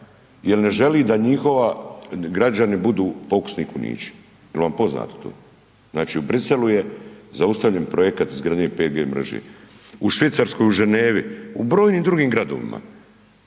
jer ne želi da njihovi građani budu pokusni kunići, jel vam poznato to?, znači u Bruxelles-u je zaustavljen projekat izgradnje 5G mreže, u Švicarskoj u Geneva-i, u brojnim drugim gradovima,